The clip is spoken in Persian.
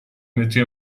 متری